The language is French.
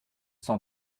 cent